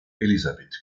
elisabeth